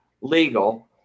legal